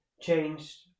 changed